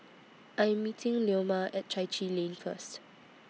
I'm meeting Leoma At Chai Chee Lane First